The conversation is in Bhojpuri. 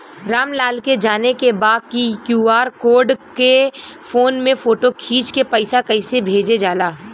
राम लाल के जाने के बा की क्यू.आर कोड के फोन में फोटो खींच के पैसा कैसे भेजे जाला?